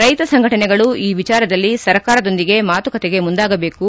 ರೈತ ಸಂಘಟನೆಗಳು ಈ ವಿಚಾರದಲ್ಲಿ ಸರ್ಕಾರದೊಂದಿಗೆ ಮಾತುಕತೆಗೆ ಮುಂದಾಗಬೇಕು